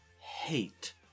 hate